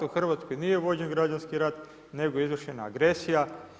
U Hrvatskoj nije vođen građanski rat nego je izvršena agresija.